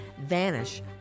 vanish